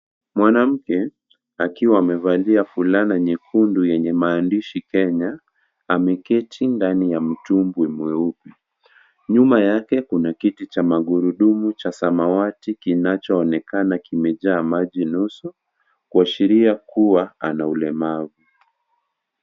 Mwanamke akiwa amevalia fulana nyekundu yenye maandishi Kenya ameketi ndani ya mtumbwi mweupe, nyuma yake kuna kiti cha magurudumu cha samawati kinachoonekana kimejaa maji nusu kuashiria kuwa ana ulemavu.